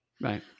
Right